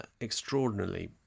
extraordinarily